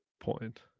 point